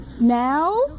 Now